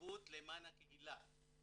בהתנדבות למען הקהילה.